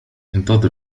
انتظر